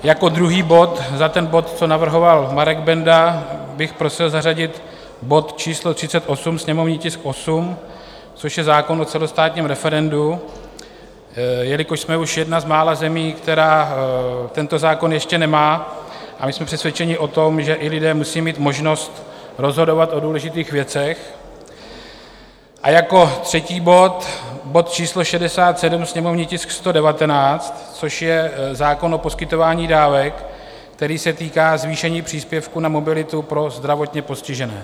Jako druhý bod za ten bod, co navrhoval Marek Benda, bych prosil zařadit bod číslo 38, sněmovní tisk 8, což je zákon o celostátním referendu, jelikož jsme už jedna z mála zemí, která tento zákon ještě nemá, a my jsme přesvědčeni o tom, že i lidé musí mít možnost rozhodovat o důležitých věcech, a jako třetí bod, bod číslo 67, sněmovní tisk 119, což je zákon o poskytování dávek, který se týká zvýšení příspěvku na mobilitu pro zdravotně postižené.